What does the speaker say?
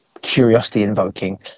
curiosity-invoking